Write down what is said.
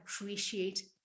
appreciate